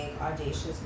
audacious